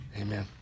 Amen